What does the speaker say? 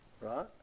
Right